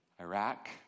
Iraq